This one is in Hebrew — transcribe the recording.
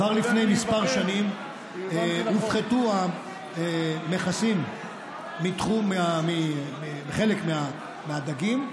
כבר לפני כמה שנים הופחתו המכסים מחלק מהדגים,